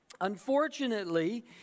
Unfortunately